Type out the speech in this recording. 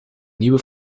nieuwe